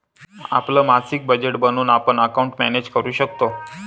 आपलं मासिक बजेट बनवून आपण अकाउंट मॅनेज करू शकतो